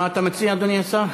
מה אתה מציע, אדוני השר?